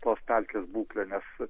tos pelkės būklę nes